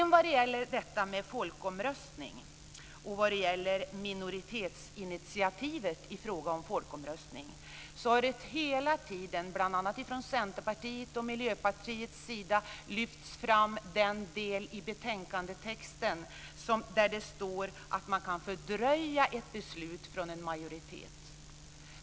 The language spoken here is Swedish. När det gäller minoritetsinitiativ i fråga om folkomröstningar lyfter man, bl.a. från Centerpartiets och Miljöpartiets sida, hela tiden fram den del i betänkandetexten där det står att man kan fördröja ett beslut av en majoritet.